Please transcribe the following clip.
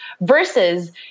Versus